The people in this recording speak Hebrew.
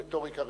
רטוריקה,